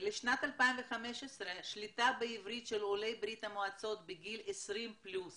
לשנת 2015 השליטה בעברית של עולי ברית המועצות בגיל 20 פלוס